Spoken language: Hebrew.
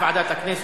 104 ו-170,